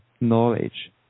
knowledge